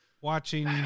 watching